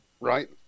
Right